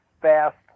fast